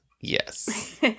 Yes